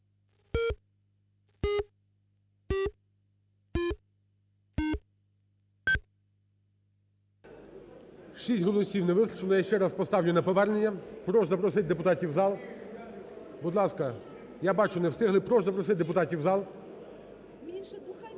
6 голосів не вистачило. Я ще раз поставлю на повернення. Прошу запросити депутатів у зал. Будь ласка, я бачу не встигли, прошу запросити депутатів у зал.